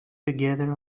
together